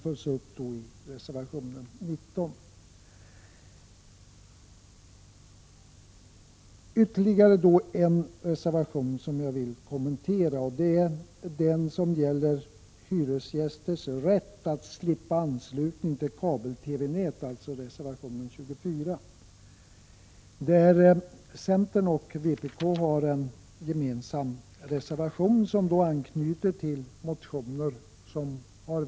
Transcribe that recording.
Jag vill även kommentera reservation 24 som behandlar hyresgästers rätt att slippa anslutning till kabel-TV-nät. Centern och vpk står bakom denna reservation som anknyter till väckta motioner.